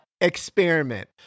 experiment